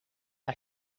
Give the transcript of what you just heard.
are